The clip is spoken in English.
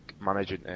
managing